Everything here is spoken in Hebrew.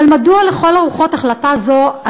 אבל מדוע לכל הרוחות החלטה זו,